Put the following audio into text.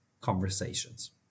conversations